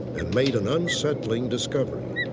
and made an unsettling discovery.